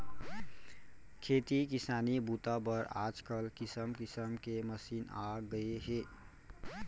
खेती किसानी बूता बर आजकाल किसम किसम के मसीन आ गए हे